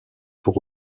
pour